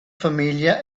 famiglia